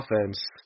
offense